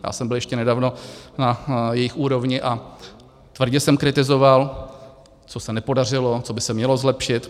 Já jsem byl ještě nedávno na jejich úrovni a tvrdě jsem kritizoval, co se nepodařilo, co by se mělo zlepšit.